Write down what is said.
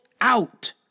out